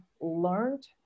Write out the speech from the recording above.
learned